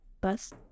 bus